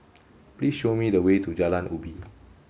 please show me the way to Jalan Ubi